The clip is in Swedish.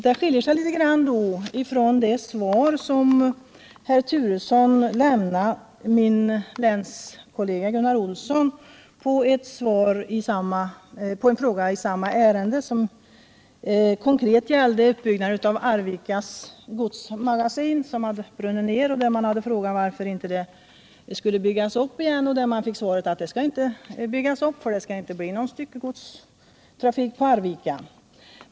Detta avviker litet från det svar som kommunikationsministern lämnade till min länskollega Gunnar Olsson på en fråga i samma ärende, vilken konkret gällde uppbyggnaden av Arvikas godsmagasin som hade brunnit ner. Man hade frågat varför magasinet inte skulle byggas upp igen. Svaret blev att det inte skulle bli någon styckegodstrafik på Arvika.